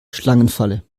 schlangenfalle